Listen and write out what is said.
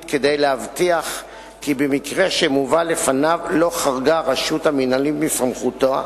כדי להבטיח כי במקרה שמובא לפניו לא חרגה הרשות המינהלית מסמכותה,